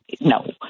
No